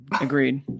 Agreed